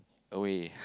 away